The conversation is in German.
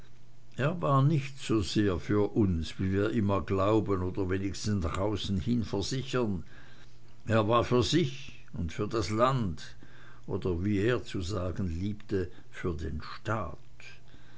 er war nicht so sehr für uns wie wir immer glauben oder wenigstens nach außen hin versichern er war für sich und für das land oder wie er zu sagen liebte für den staat